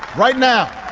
right now,